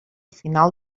final